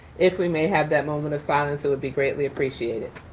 if we may have that moment of silence, it would be greatly appreciated.